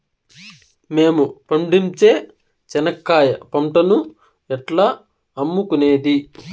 మేము పండించే చెనక్కాయ పంటను ఎట్లా అమ్ముకునేది?